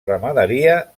ramaderia